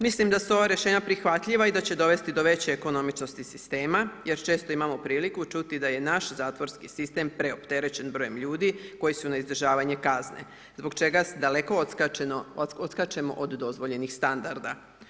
Mislim da su ova rješenja prihvatljiva i da će dovesti do veće ekonomičnosti sustava jer često imamo priliku čuti da je naš zatvorski sustav preopterećen brojem ljudi koji su na izdržavanju kazne zbog čega dale odskačemo od dozvoljeni standarda.